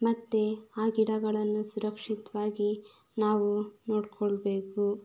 ಮತ್ತು ಆ ಗಿಡಗಳನ್ನು ಸುರಕ್ಷಿತವಾಗಿ ನಾವು ನೋಡಿಕೊಳ್ಬೇಕು